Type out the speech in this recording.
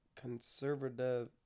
Conservative